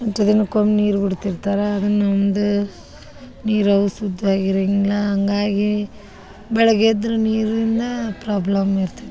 ಎಂಟು ದಿನಕ್ಕೊಮ್ಮೆ ನೀರು ಬಿಡ್ತಿರ್ತಾರೆ ಅದನ್ನು ಒಂದು ನೀರು ಅವು ಶುದ್ವಾಗ್ ಇರಂಗಿಲ್ಲ ಹಂಗಾಗಿ ಬೆಳಗ್ಗೆ ಎದ್ರೆ ನೀರಿಂದೇ ಪ್ರಾಬ್ಲಮ್ ಇರ್ತೈತಿ